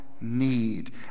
need